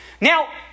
Now